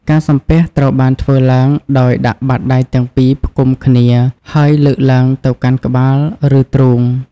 ការសំពះត្រូវបានធ្វើឡើងដោយដាក់បាតដៃទាំងពីរផ្គុំគ្នាហើយលើកឡើងទៅកាន់ក្បាលឬទ្រូង។